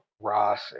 Ross